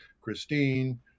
Christine